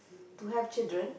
to have children